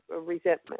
resentment